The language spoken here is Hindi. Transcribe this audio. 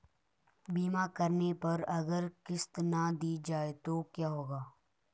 बीमा करने पर अगर किश्त ना दी जाये तो क्या होगा?